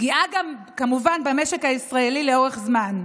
ופגיעה כמובן במשק הישראלי לאורך זמן.